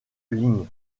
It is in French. ling